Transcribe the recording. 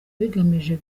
bigamije